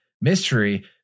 mystery